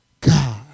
God